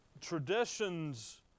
traditions